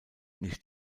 nicht